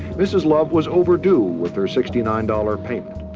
mrs. love was overdue with her sixty nine dollars payment.